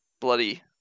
bloody